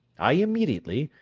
i immediately,